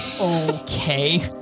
okay